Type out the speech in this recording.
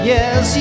Yes